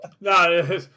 No